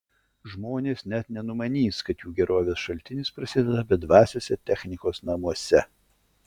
žmonės net nenumanys kad jų gerovės šaltinis prasideda bedvasiuose technikos namuose